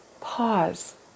pause